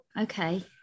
okay